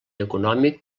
econòmic